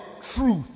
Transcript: truth